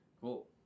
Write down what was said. cool